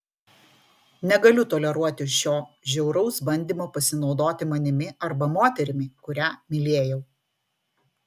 negaliu toleruoti šio žiauraus bandymo pasinaudoti manimi arba moterimi kurią mylėjau